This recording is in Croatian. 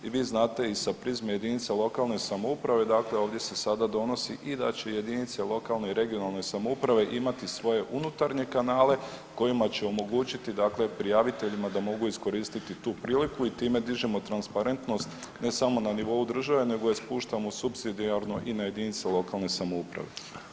I vi znate i sa prizme jedinica lokalne samouprave, dakle ovdje se sada donosi i da će jedinice lokalne i regionalne samouprave imati svoje unutarnje kanale kojima će omogućiti, dakle prijaviteljima da mogu iskoristiti tu priliku i time dižemo transparentnost ne samo na nivou države nego je spuštamo supsidijarno i na jedinice lokalne samouprave.